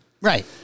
Right